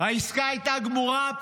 העסקה הייתה גמורה.